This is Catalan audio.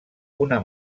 una